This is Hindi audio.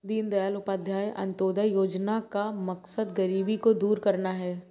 दीनदयाल उपाध्याय अंत्योदय योजना का मकसद गरीबी को दूर करना है